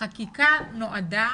חקיקה נועדה